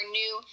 new